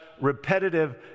repetitive